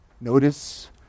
Notice